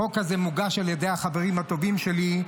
החוק הזה מוגש על ידי החברים הטובים שלי,